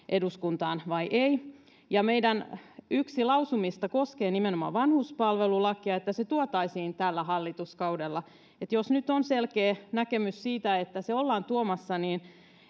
eduskuntaan vai ei ja yksi meidän lausumista koskee nimenomaan vanhuspalvelulakia että se tuotaisiin tällä hallituskaudella että jos nyt on selkeä näkemys siitä että se ollaan tuomassa niin